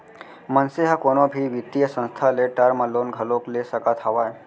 मनसे ह कोनो भी बित्तीय संस्था ले टर्म लोन घलोक ले सकत हावय